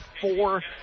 four